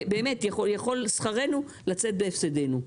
באמת יכול שכרנו לצאת בהפסדנו.